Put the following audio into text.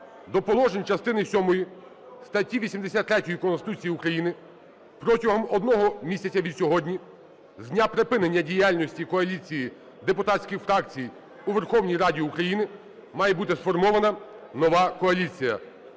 до положень частини сьомої статті 83 Конституції України протягом одного місяця від сьогодні, з дня припинення діяльності коаліції депутатських фракцій у Верховній Раді України, має бути сформована нова коаліція.